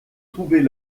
trouver